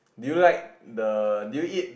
do you like the do you eat